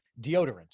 deodorant